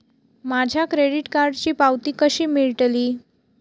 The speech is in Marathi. माझ्या क्रेडीट कार्डची पावती कशी मिळतली?